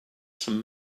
some